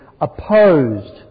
opposed